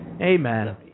Amen